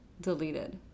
deleted